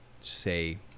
say